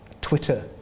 Twitter